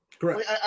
Correct